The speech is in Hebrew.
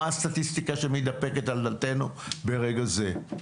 מה הסטטיסטיקה שמתדפקת על דלתנו ברגע זה.